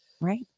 Right